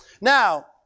Now